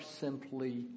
simply